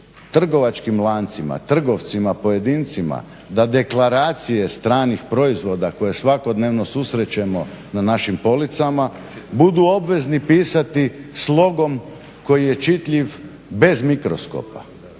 trgovačkim lancima, trgovcima pojedincima, da deklaracije stranih proizvoda koje svakodnevno susrećemo na našim policama, budu obvezni pisti s logom koji je čitljiv bez mikroskopa.